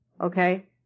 Okay